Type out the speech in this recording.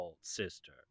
sister